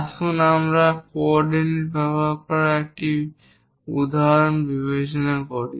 আসুন আমরা কোঅরডিনেট ব্যবহার করার একটি উদাহরণ বিবেচনা করি